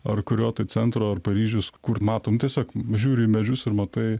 ar kurio tai centro ar paryžius kur matom tiesiog žiūri į medžius ir matai